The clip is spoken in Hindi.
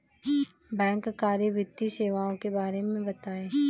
बैंककारी वित्तीय सेवाओं के बारे में बताएँ?